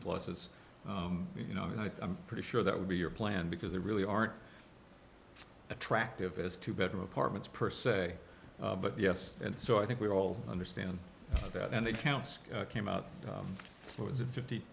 places you know i'm pretty sure that would be your plan because there really aren't attractive as to bedroom apartments per se but yes and so i think we all understand that and it counts came out floors of fifty